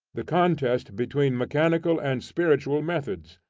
the contest between mechanical and spiritual methods,